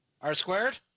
R-squared